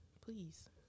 Please